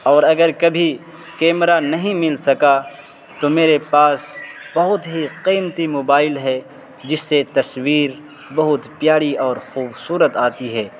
اور اگر کبھی کیمرہ نہیں مل سکا تو میرے پاس بہت ہی قیمتی موبائل ہے جس سے تصویر بہت پیاری اور خوبصورت آتی ہے